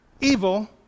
evil